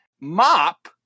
mop